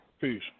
Peace